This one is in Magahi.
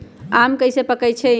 आम कईसे पकईछी?